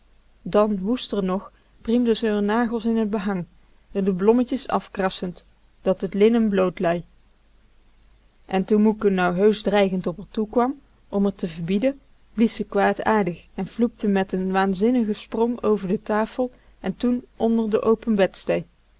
schoof dan woester nog priemde ze r nagels in t behang r de blommetjes afkrassend dat t linnen bloot lei en toen moeke nou heusch dreigend op r toekwam om r te verbieden blies ze kwaadaardig en floepte met n waanzinnigen sprong over de tafel en toen onder de open bedstee